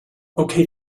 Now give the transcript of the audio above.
okay